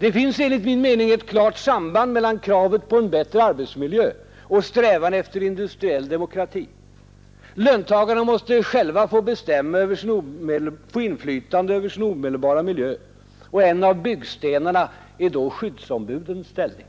Det finns enligt min mening ett klart samband mellan kravet på en bättre arbetsmiljö och strävan efter industriell demokrati. Löntagarna måste själva få inflytande över sin omedelbara miljö. En av byggstenarna är då skyddsombudens ställning.